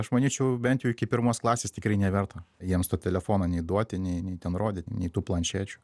aš manyčiau bent iki pirmos klasės tikrai neverta jiems tą telefoną nei duoti nei ten rodyti nei tų planšečių